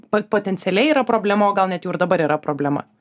po potencialiai yra problema o gal net jau ir dabar yra problema